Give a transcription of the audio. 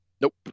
Nope